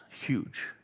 huge